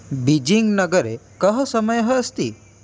बीजिङ्ग्नगरे कः समयः अस्ति